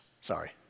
sorry